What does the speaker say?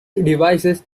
devices